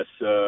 yes